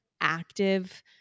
active